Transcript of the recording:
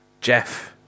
Jeff